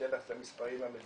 אני אתן לך את המספרים המדויקים,